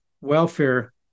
welfare